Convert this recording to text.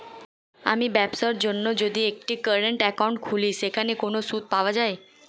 আমি ব্যবসার জন্য যদি একটি কারেন্ট একাউন্ট খুলি সেখানে কোনো সুদ পাওয়া যায়?